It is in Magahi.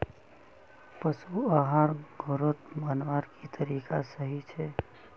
पशु आहार घोरोत बनवार की तरीका सही छे?